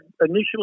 initially